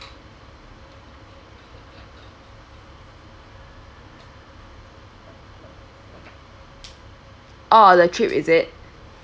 uh the trip is it